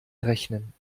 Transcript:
rechnen